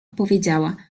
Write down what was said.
powiedziała